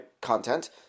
content